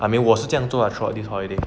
I mean 我是这样做 ah throughout this holiday